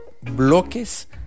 bloques